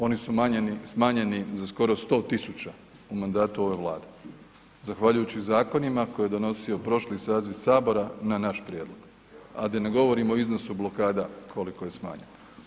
Oni su umanjeni, smanjeni za skoro 100 000 u mandatu ove vlade zahvaljujući zakonima koje je donosio prošli saziv sabora na naš prijedlog, a da ne govorimo o iznosu blokada koliko je smanjeno.